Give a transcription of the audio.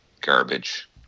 garbage